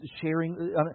sharing